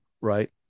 Right